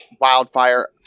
Wildfire